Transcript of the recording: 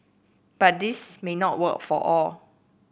but this may not work for all